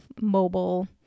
mobile